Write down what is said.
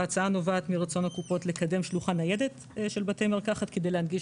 ההצעה נובעת מרצון הקופות לקדם שלוחה ניידת של בתי מרקחת כדי להנגיש